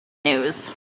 news